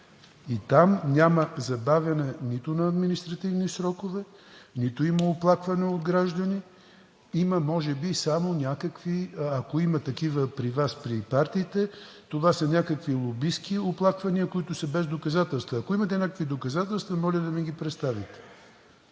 И там няма забавяне нито на административни срокове, нито има оплакване на граждани. Ако има такива при Вас, при партиите, това са някакви лобистки оплаквания, които са без доказателства. Ако имате някакви доказателства, моля да ми ги представите,